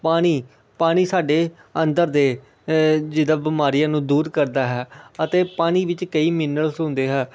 ਪਾਣੀ ਪਾਣੀ ਸਾਡੇ ਅੰਦਰ ਦੇ ਜਿੱਦਾਂ ਬਿਮਾਰੀਆਂ ਨੂੰ ਦੂਰ ਕਰਦਾ ਹੈ ਅਤੇ ਪਾਣੀ ਵਿੱਚ ਕਈ ਮੀਨਰਲਸ ਹੁੰਦੇ ਹੈ